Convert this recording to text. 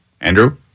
Andrew